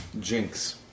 Jinx